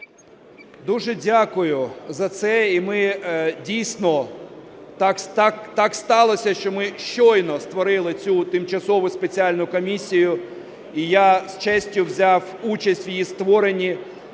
Дуже дякую за це і ми, дійсно… Так сталося, що ми щойно створили тимчасову спеціальну комісію і я з честю взяв участь в її створенні.